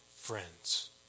friends